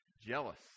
jealous